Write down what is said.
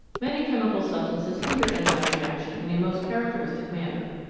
many chemical substances hinder enzyme reactions in a most characteristic manner.